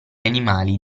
animali